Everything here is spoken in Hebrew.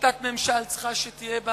שיטת ממשל צריכה שתהיה בה,